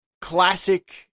classic